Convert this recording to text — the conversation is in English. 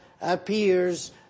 appears